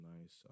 nice